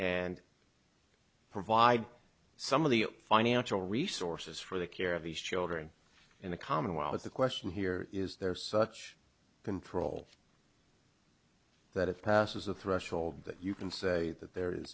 and provide some of the financial resources for the care of these children in the commonwealth is the question here is there such control that it passes a threshold that you can say that there is